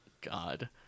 God